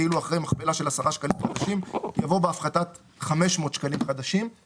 כאילו אחרי "מכפלה של 10 שקלים חדשים" בא "בהפחתת 500 שקלים חדשים";